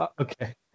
Okay